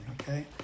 okay